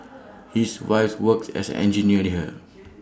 his wife works as engineer here